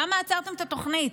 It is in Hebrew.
למה עצרתם את התוכנית?